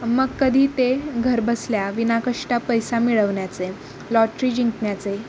मग कधी ते घरबसल्या विनाकष्ट पैसा मिळवण्याचे लॉट्री जिंकण्याचे